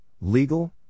legal